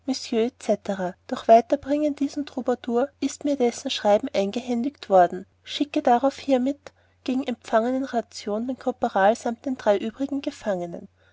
durch wiederbringern diesen tambour ist mir dessen schreiben eingehändigt worden schicke darauf hiermit gegen empfangener ranzion den korporal samt den übrigen dreien gefangenen